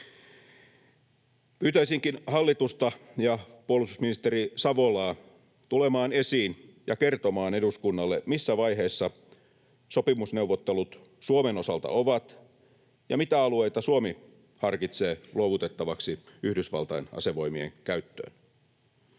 Pyytäisinkin hallitusta ja puolustusministeri Savolaa tulemaan esiin ja kertomaan eduskunnalle, missä vaiheessa sopimusneuvottelut Suomen osalta ovat ja mitä alueita Suomi harkitsee luovutettavaksi Yhdysvaltain asevoimien käyttöön.